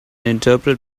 interpret